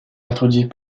introduit